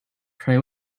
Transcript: pray